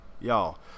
y'all